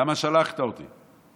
למה שלחת אותי?